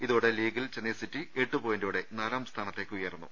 ഇതോടെ ലീഗിൽ ചെന്നൈ സിറ്റി എട്ട് പോയിന്റോടെ നാലാം സ്ഥാനത്തേക്കുയർന്നു